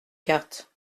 cartes